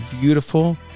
beautiful